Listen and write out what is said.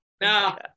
no